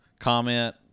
comment